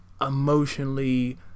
emotionally